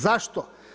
Zašto?